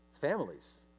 Families